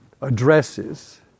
addresses